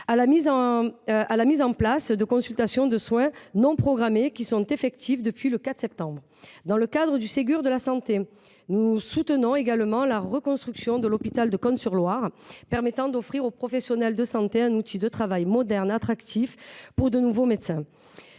à la mise en place de consultations de soins non programmés ; elles sont effectives depuis le 4 septembre. Dans le cadre du Ségur de la santé, nous soutenons également la reconstruction de l’hôpital de Cosne-sur-Loire, qui permettra d’offrir aux professionnels de santé un outil de travail moderne attractif pour de nouveaux médecins.